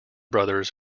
brothers